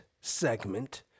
segment